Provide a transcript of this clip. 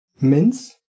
Mince